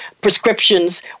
prescriptions